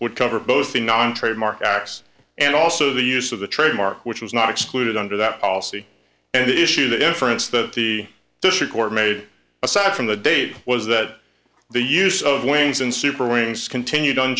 would cover both the non trademark acts and also the use of the trademark which was not excluded under that policy and issue the inference that the district court made aside from the date was that the use of wings in super wings continued